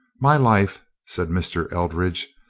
my life, said mr. eldridge,